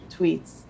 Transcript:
tweets